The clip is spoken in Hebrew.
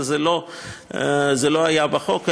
אבל זה לא היה בחוק,